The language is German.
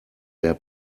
der